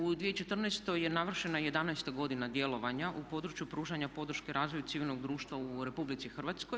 U 2014.je navršena 11 godina djelovanja u području pružanja podrške razvoju civilnog društva u RH.